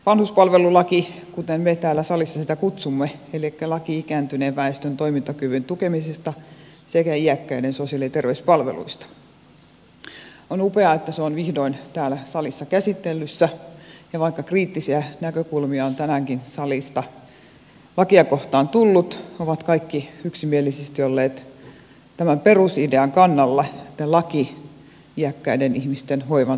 vanhuspalvelulaki kuten me täällä salissa sitä kutsumme elikkä laki ikääntyneen väestön toimintakyvyn tukemisesta sekä iäkkäiden sosiaali ja terveyspalveluista on upeaa että se on vihdoin täällä salissa käsittelyssä ja vaikka kriittisiä näkökulmia on tänäänkin salista lakia kohtaan tullut ovat kaikki yksimielisesti olleet tämän perusidean kannalla että laki iäkkäiden ihmisten hoivan turvaamiseksi tarvitaan